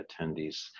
attendees